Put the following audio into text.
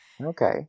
Okay